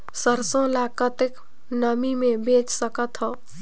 सरसो ल कतेक नमी मे बेच सकथव?